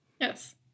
Yes